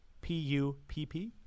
P-U-P-P